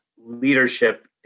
leadership